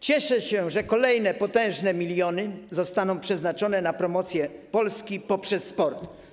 Cieszę się, że kolejne potężne miliony zostaną przeznaczone na promocję Polski poprzez sport.